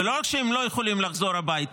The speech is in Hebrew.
ולא רק שהם לא יכולים לחזור הביתה,